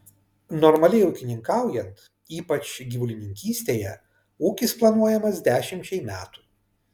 normaliai ūkininkaujant ypač gyvulininkystėje ūkis planuojamas dešimčiai metų